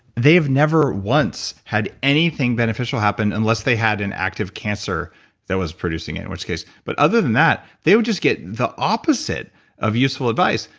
they've never once had anything beneficial happen unless they had an active cancer that was producing it in which case, but other than that, they would just get the opposite of useful advice.